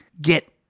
get